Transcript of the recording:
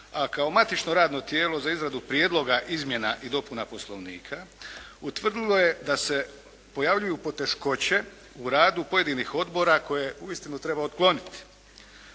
a kao matično radno tijelo za izradu prijedloga izmjena i dopuna Poslovnika utvrdilo je da se pojavljuju poteškoće u radu pojedinih odbora koje uistinu trebao tkloniti.